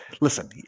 Listen